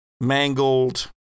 mangled